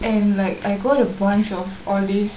and like uh I go to a bunch of all this